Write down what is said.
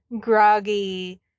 groggy